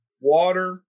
water